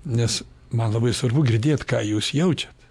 nes man labai svarbu girdėt ką jūs jaučiat